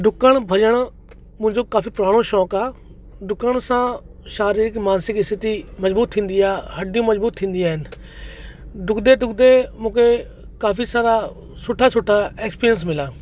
डुकणु भॼणु मुंहिंजो काफ़ी पुराणो शौक़ु आहे डुकण सां शारीरिक मानसिक स्थिति मज़बूत थींदी आहे हॾी मज़बूत थींदी आहिनि डुकंदे डुकंदे मूंखे काफ़ी सारा सुठा सुठा एक्सपीरियंस मिला